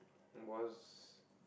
was